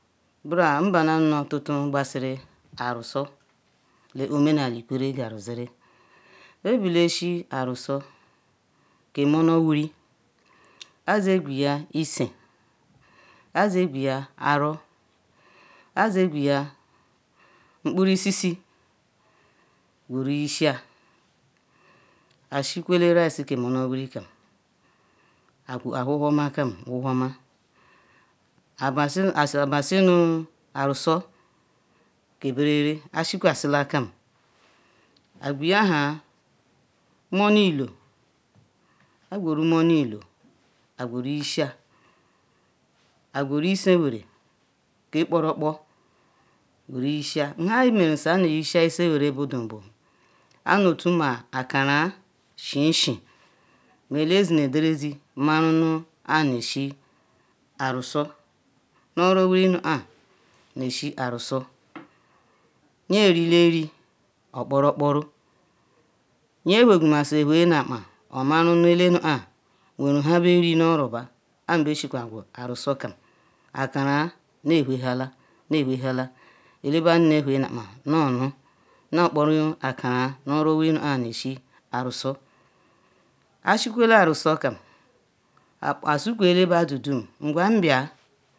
Nbran nbana nu otutu ngbasiri Arusu Lee kpo omenali Ikwerre jiziri diri bebeshi Arusu ka munor wuri Azagweya Ise, Azagweya Aru, Azaweya nkporo Isisi qweru yisaa Ashikwole rice ka monor wuri yam, awhuhuoma kam whuhuoma. Abasunú Azabasunú Arusu keberere, Ashikwazila kam agwayahaa munor ilu, agweru munor ilu agweru yisa agweru Iseweren ke kporokpo gweru yisa nha merusa Iyayisa Iseweren kedibudu bu anutu ma akanra shinshi ma eledinuederizi maru nu aneshi Arusu nuorowuri nupka neshi Arusu, nyerileri okporokporo nyewhegwumaziawhe nu apan omaru nu elenukpa weru nha beri nu oroba kpam beshikwagwu Arusukam, Akanra nuewhehala newhehala elebadu newhenakpa nuonu, nuokporo akanra nuowuri nuha neshi Arusu. Ashikwole Arusukam, Asukwu elebadu dum ngwa anbia